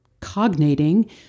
cognating